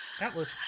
Atlas